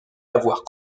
avoir